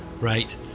right